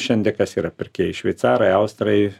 šiandie kas yra pirkėjai šveicarai austrai